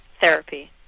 therapy